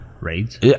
raids